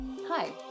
Hi